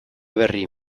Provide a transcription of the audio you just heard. berri